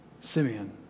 Simeon